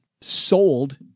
sold